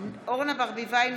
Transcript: בעד אורנה ברביבאי,